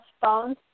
phones